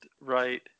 Right